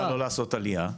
למה לא לעשות עלייה?